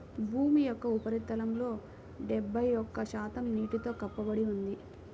భూమి యొక్క ఉపరితలంలో డెబ్బై ఒక్క శాతం నీటితో కప్పబడి ఉంది